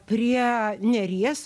prie neries